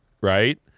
right